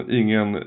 ingen